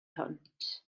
hwnt